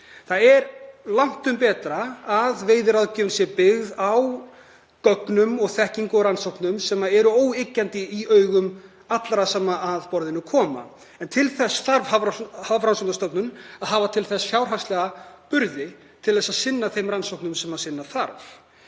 Það er langtum betra að veiðiráðgjöfin sé byggð á gögnum og þekkingu og rannsóknum sem eru óyggjandi í augum allra sem að borðinu koma, en þá þarf Hafrannsóknastofnun að hafa fjárhagslega burði til að sinna þeim rannsóknum sem sinna þarf.